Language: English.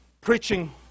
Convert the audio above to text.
preaching